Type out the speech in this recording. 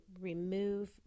remove